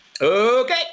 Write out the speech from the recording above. Okay